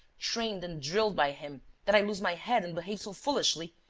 trained and drilled by him, that i lose my head and behave so foolishly.